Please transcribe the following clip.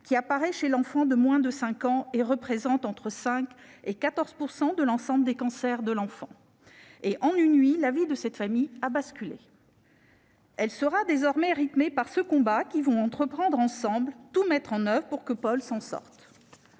qui apparaît chez l'enfant de moins de 5 ans et représente entre 5 % et 14 % de l'ensemble des cancers de l'enfant. En une nuit, la vie de cette famille a basculé. Elle sera désormais rythmée par ce combat, que tous ses membres vont entreprendre ensemble : tout mettre en oeuvre pour que Paul s'en sorte.